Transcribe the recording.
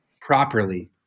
properly